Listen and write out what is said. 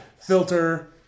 Filter